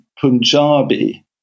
Punjabi